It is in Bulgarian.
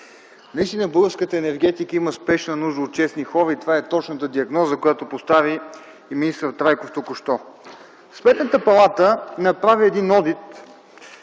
Наистина българската енергетика има спешна нужда от честни хора и това е точната диагноза, която постави и министър Трайков току-що. Сметната палата направи одит